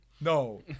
No